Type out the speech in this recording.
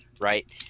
Right